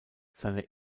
seine